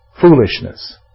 foolishness